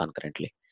currently